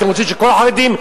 אתם רוצים שכל החרדים,